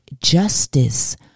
justice